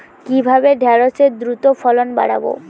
কিভাবে ঢেঁড়সের দ্রুত ফলন বাড়াব?